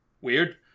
weird